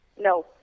No